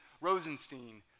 Rosenstein